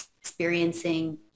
experiencing